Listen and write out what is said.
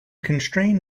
constrain